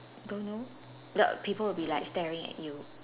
don't know people will be like staring at you